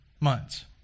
months